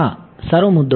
હા સારો મુદ્દો